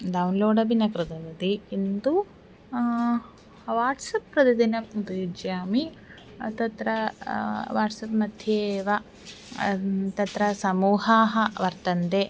download अपि न कृतवती किन्तु वाट्सप् प्रतिदिनम् उपयुज्ये तत्र वाट्सप् मध्ये एव तत्र समूहाः वर्तन्ते